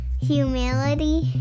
Humility